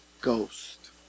Ghost